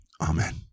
Amen